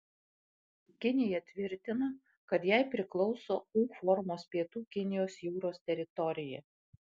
kinija tvirtina kad jai priklauso u formos pietų kinijos jūros teritorija